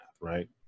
Right